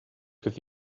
with